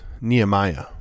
Nehemiah